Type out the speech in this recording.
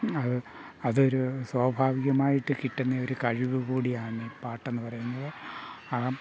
അത് അതൊരു സൗഭാഗ്യമായിട്ട് കിട്ടുന്ന ഒരു കഴിവ് കൂടിയാണ് പാട്ടെന്ന് പറയുന്നത് ആ